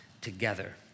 together